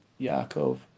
Yaakov